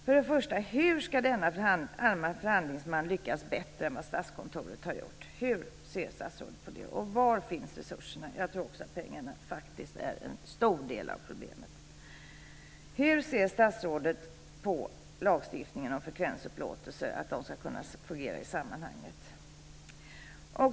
Först och främst undrar jag hur denna förhandlingsman ska lyckas bättre än vad Statskontoret har gjort? Hur ser statsrådet på det, och var finns resurserna? Jag tror faktiskt också att pengarna är en stor del av problemet. Hur ser statsrådet på lagstiftningen om frekvensupplåtelser när det gäller att de ska kunna fungera i sammanhanget?